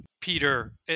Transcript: Peter